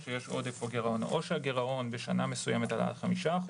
שיש עודף או גירעון או שהגירעון בשנה מסוימת עלה על 5%;